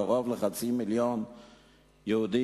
קרוב לחצי מיליון יהודים,